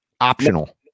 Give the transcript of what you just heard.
optional